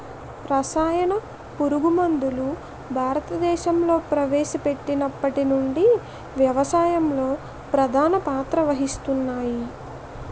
రసాయన పురుగుమందులు భారతదేశంలో ప్రవేశపెట్టినప్పటి నుండి వ్యవసాయంలో ప్రధాన పాత్ర వహిస్తున్నాయి